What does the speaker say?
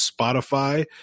Spotify